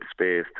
space